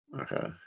Okay